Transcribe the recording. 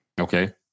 okay